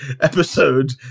episode